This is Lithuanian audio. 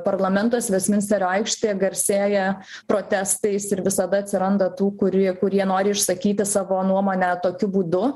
parlamentas vestminsterio aikštė garsėja protestais ir visada atsiranda tų kuri kurie nori išsakyti savo nuomonę tokiu būdu